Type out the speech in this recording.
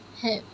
ہے